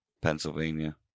Pennsylvania